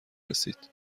رسید